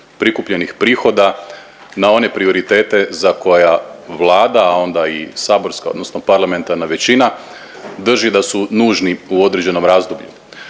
prikupljenih prihoda na one prioritete za koja Vlada, a onda i saborska odnosno parlamentarna većina drži da su nužni u određenom razdoblju.